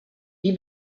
die